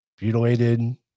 Butylated